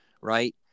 right